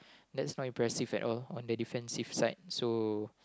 that's not impressive at all on the defensive side so